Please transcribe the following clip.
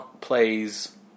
plays